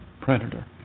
predator